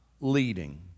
leading